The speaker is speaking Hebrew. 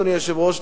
אדוני היושב-ראש,